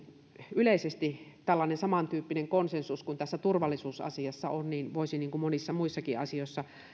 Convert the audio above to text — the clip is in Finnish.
yleisesti tällainen samantyyppinen konsensus kuin tässä turvallisuusasiassa on voisi monissa muissakin asioissa